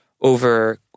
over